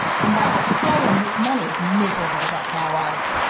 and thou hast stolen his monies, miserable that thou art!